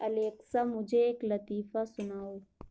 Alexa مجھے ایک لطیفہ سناؤ